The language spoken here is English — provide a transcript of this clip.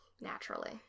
Naturally